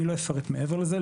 אני לא אפרט מעבר לזה.